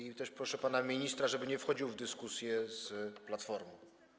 I też proszę pana ministra, żeby nie wchodził w dyskusje z Platformą.